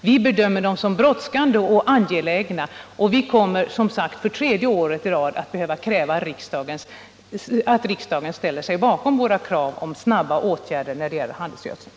Vi bedömer dem som brådskande och angelägna och kommer som sagt för tredje året i följd att kräva att riksdagen ställer sig bakom våra förslag om snabba åtgärder när det gäller handelsgödseln.